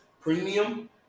Premium